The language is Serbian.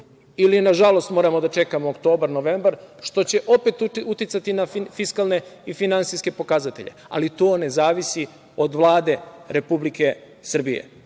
ili nažalost, moramo da čekamo oktobar, novembar, što će opet uticati na fiskalne i finansijske pokazatelje. Ali, to ne zavisi od Vlade Republike Srbije. Dakle,